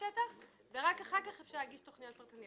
רק לשטחים הדרומיים של הגן הלאומי "סובב חומות העיר העתיקה",